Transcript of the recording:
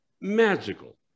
magical